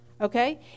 okay